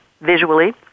visually